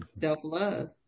Self-love